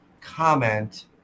comment